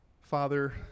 Father